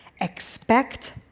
expect